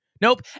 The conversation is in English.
nope